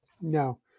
no